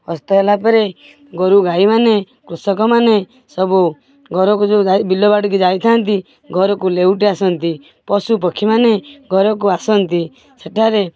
ଅସ୍ତ ହେଲା ପରେ ଗୋରୁ ଗାଈମାନେ କୃଷକମାନେ ସବୁ ଘରକୁ ଯେଉଁ ଯାଇ ବିଲ ବାଡ଼ିକି ଯାଇଥାନ୍ତି ଘରକୁ ଲେଉଟି ଆସନ୍ତି ପଶୁ ପକ୍ଷୀମାନେ ଘରକୁ ଆସନ୍ତି ସେଠାରେ